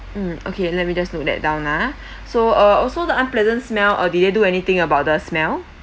mm okay let me just note that down ah so uh also the unpleasant smell uh did they do anything about the smell